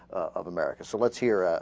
of america so what's here ah.